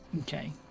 Okay